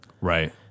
Right